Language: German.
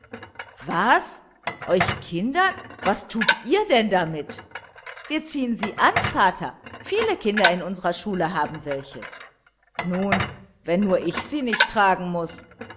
was euch kindern was tut ihr denn damit wir ziehen sie an vater viele kinder in unserer schule haben welche nun wenn nur ich sie nicht tragen muß